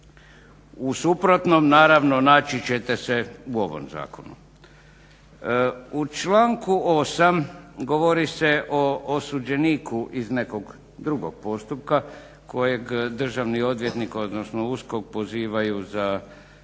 U suprotnom naravno naći ćete se u ovom zakonu. U članku 8. govori se o osuđeniku iz nekog drugog postupka kojeg državni odvjetnik, odnosno USKOK pozivaju za